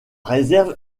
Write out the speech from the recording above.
réserve